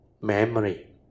memory